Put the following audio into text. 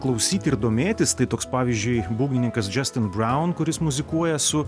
klausyt ir domėtis tai toks pavyzdžiui būgnininkas džestin braun kuris muzikuoja su